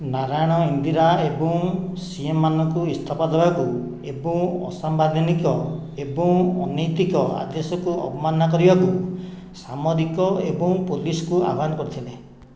ନାରାୟଣ ଇନ୍ଦିରା ଏବଂ ସିଏମମାନଙ୍କୁ ଇସ୍ତଫା ଦେବାକୁ ଏବଂ ଅସାମ୍ବିଧାନିକ ଏବଂ ଅନୈତିକ ଆଦେଶକୁ ଅବମାନନା କରିବାକୁ ସାମରିକ ଏବଂ ପୋଲିସକୁ ଆହ୍ୱାନ କରିଥିଲେ